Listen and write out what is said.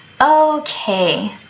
Okay